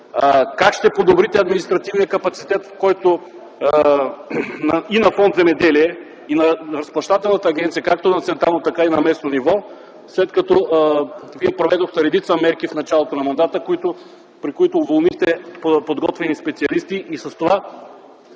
как ще подобрите административния капацитет и на фонд „Земеделие”, и на Разплащателната агенция - както на централно, така и на местно ниво, след като проведохте редица мерки в началото на мандата, при които уволнихте подготвени специалисти, с което